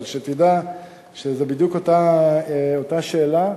אבל שתדע שזו בדיוק אותה שאלה,